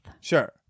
sure